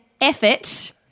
effort